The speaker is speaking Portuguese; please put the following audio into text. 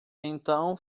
então